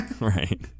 Right